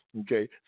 Okay